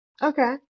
Okay